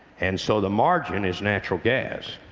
and so the margin is natural gas.